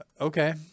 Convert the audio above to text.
Okay